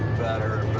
better.